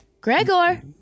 Gregor